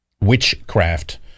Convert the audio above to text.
witchcraft